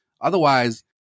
Otherwise